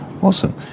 Awesome